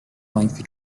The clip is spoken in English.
lengthy